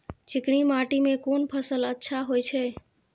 चिकनी माटी में कोन फसल अच्छा होय छे?